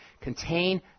contain